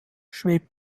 schwebt